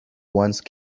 once